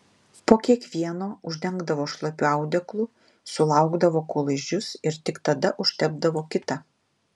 po kiekvieno uždengdavo šlapiu audeklu sulaukdavo kol išdžius ir tik tada užtepdavo kitą